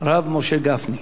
הרב משה גפני.